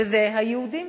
וזה היהודים.